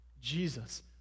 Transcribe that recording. Jesus